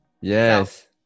yes